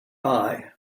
eye